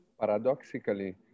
Paradoxically